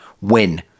win